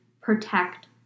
protect